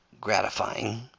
gratifying